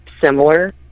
similar